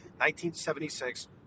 1976